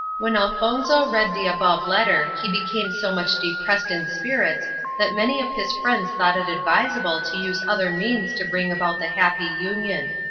when elfonzo read the above letter, he became so much depressed in spirits that many of his friends thought it advisable to use other means to bring about the happy union.